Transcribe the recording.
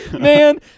Man